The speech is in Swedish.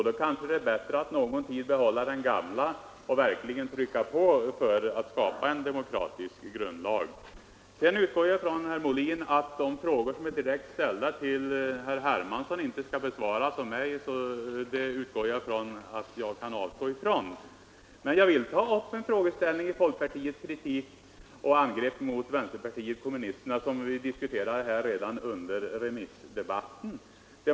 Då kanske det är bättre att någon tid behålla den gamla och verkligen trycka på för att skapa en demokratisk grundlag. Jag utgår ifrån att de frågor som herr Molin direkt ställde till herr Hermansson inte skall besvaras av mig, så det kan jag avstå från. Men jag vill ta upp en frågeställning i folkpartiets angrepp mot vänsterpartiet kommunisterna som vi diskuterade redan under remissdebatten.